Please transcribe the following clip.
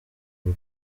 rwe